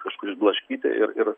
kažkur išblaškyti ir ir